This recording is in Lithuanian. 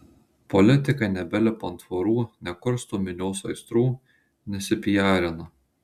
politikai nebelipa ant tvorų nekursto minios aistrų nesipiarina